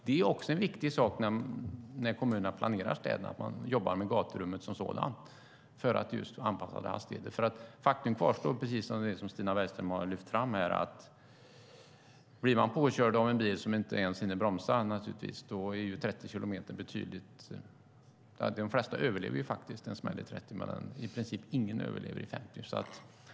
Det är viktigt när kommunerna planerar städerna att man också jobbar med gaturummet som sådant för att anpassa det till hastigheten. Blir man påkörd av en bil som inte hinner bromsa är 30 kilometers hastighet att föredra. De flesta överlever faktiskt en smäll i 30 medan i princip ingen överlever i 50.